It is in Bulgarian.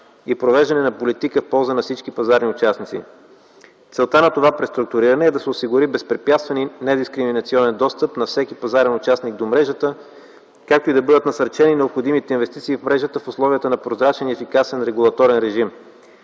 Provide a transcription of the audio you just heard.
и провеждане на политика в полза на всички пазарни участници. Целта на това преструктуриране е да се осигури безпрепятствен и недискриминационен достъп на всеки пазарен участник до мрежата, както и да бъдат насърчени необходимите инвестиции в мрежата в условията на прозрачен и ефикасен регулаторен режим.